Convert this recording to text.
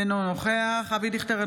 אינו נוכח אבי דיכטר,